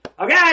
okay